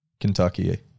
Kentucky